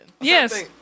yes